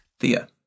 Thea